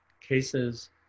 cases